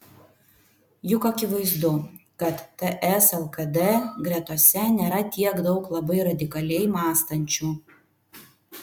juk akivaizdu kad ts lkd gretose nėra tiek daug labai radikaliai mąstančių